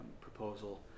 proposal